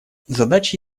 задача